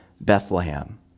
Bethlehem